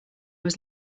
was